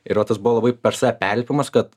ir va tas buvo labai per save perlipimas kad